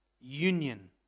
union